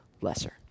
lesser